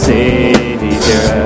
Savior